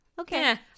Okay